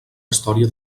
història